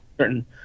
certain